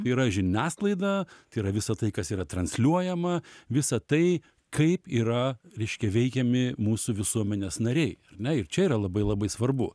yra žiniasklaida tai yra visa tai kas yra transliuojama visa tai kaip yra reiškia veikiami mūsų visuomenės nariai ar ne ir čia yra labai labai svarbu